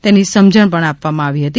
તેની સમજણ પણ આપવામાં આવી હતી